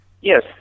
Yes